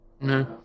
No